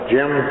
Jim